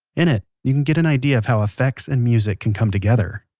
in it, you can get an idea of how effects and music can come together